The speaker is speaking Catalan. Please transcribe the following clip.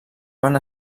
van